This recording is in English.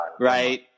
right